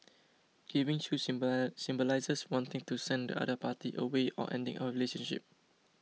giving shoes symbolises wanting to send the other party away or ending a relationship